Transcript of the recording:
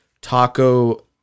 Taco